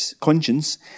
conscience